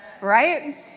right